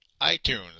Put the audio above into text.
iTunes